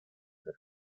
ser